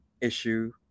issue